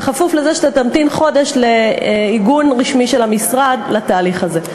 בכפוף לזה שאתה תמתין חודש לעיגון רשמי של המשרד לתהליך הזה.